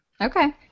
Okay